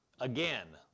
Again